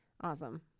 Awesome